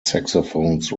saxophones